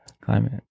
climate